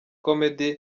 comedy